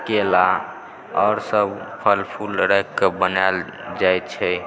केला आओरसभ फल फूल रखिकऽ बनायल जाइत छै